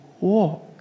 walk